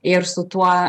ir su tuo